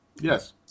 Yes